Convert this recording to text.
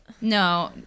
No